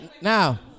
Now